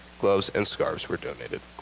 gloves and scarves were donated.